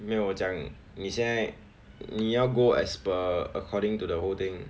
没有我讲你现在你要 go as per according to the whole thing